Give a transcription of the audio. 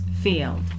field